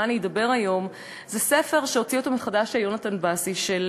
אני אדבר היום זה ספר שהוציא מחדש יונתן בשיא,